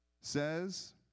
says